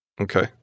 Okay